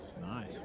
Nice